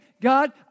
God